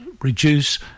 reduce